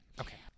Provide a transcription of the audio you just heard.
Okay